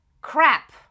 crap